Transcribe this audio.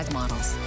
models